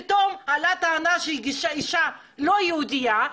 פתאום עלתה טענה שהאישה לא יהודייה,